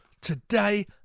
today